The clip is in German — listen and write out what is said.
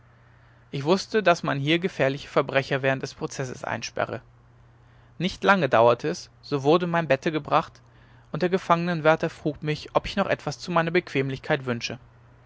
ich wußte daß man hier gefährliche verbrecher während des prozesses einsperre nicht lange dauerte es so wurde mein bette gebracht und der gefangenwärter frug mich ob ich noch etwas zu meiner bequemlichkeit wünsche